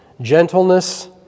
gentleness